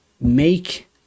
Make